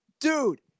dude